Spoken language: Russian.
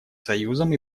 союзом